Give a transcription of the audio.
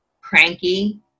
cranky